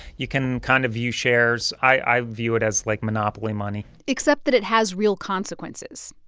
you can kind of view shares i view it as, like, monopoly money except that it has real consequences.